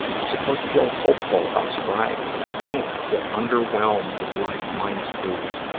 i'm supposed to feel hopeful about sobriety, but i don't. i feel underwhelmed with life minus booze.